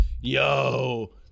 yo